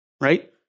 right